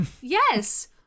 Yes